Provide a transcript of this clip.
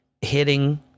hitting